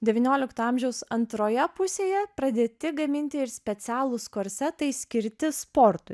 devyniolikto amžiaus antroje pusėje pradėti gaminti ir specialūs korsetai skirti sportui